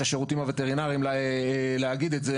מנהל השירותים הווטרינרים להגיד את זה.